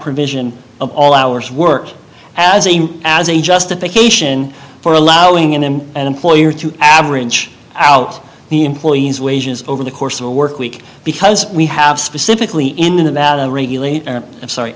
provision of all hours of work as a as a justification for allowing him an employer to average out the employees wages over the course of a work week because we have specifically in the nevada regulate i'm sorry